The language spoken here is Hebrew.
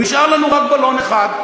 ונשאר לנו רק בלון אחד,